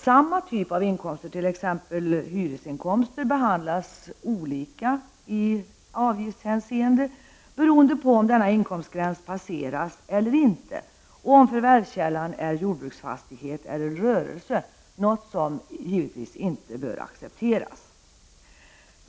Samma typ av inkomster, t.ex. hyresinkomster, behandlas olika i avgiftshänseenden, beroende på om denna inkomstgräns passeras eller inte och om förvärvskällan är jordbruksfastighet eller rörelse, något som givetvis inte bör accepteras.